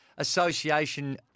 Association